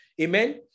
Amen